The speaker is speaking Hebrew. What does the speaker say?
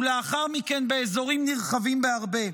ולאחר מכן באזורים נרחבים בהרבה.